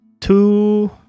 two